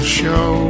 show